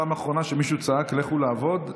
פעם אחרונה שמישהו צעק: לכו לעבוד,